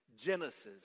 Genesis